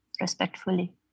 respectfully